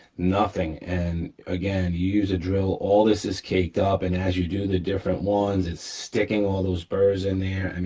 nothing, and again, you use a drill, all this is caked up, and as you do the different ones, it's sticking all those burrs in there. and